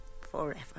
forever